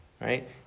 right